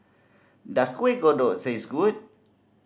does Kuih Kodok taste good